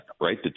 right